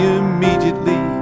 immediately